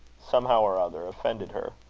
somehow or other, offended her.